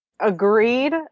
agreed